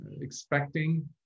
expecting